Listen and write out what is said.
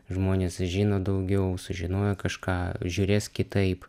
žmonės žino daugiau sužinojo kažką žiūrės kitaip